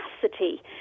capacity